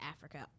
Africa